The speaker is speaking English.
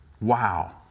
Wow